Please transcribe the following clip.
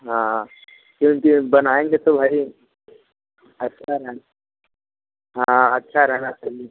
हाँ क्योंकि बनाएंगे तो भाई अच्छा रहना हाँ अच्छा रहना चाहिए